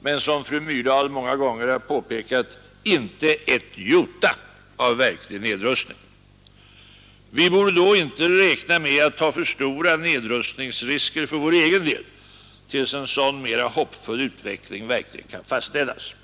men, som fru Myrdal många gånger har påpekat, inte ett jota av verklig nedrustning. Vi borde då inte räkna med att ta för stora nedrustningsrisker för vår egen del tills en sådan mera hoppfull utveckling verkligen kan fastställas.